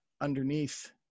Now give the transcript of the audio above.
underneath